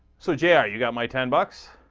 so jr yeah you got my ten bucks